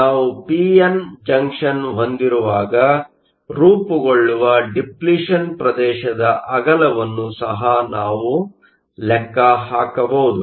ನಾವು P N junction ಹೊಂದಿರುವಾಗ ರೂಪುಗೊಳ್ಳುವ ಡಿಪ್ಲಿಷನ್ ಪ್ರದೇಶದ ಅಗಲವನ್ನು ಸಹ ನಾವು ಲೆಕ್ಕ ಹಾಕಬಹುದು